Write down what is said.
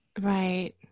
Right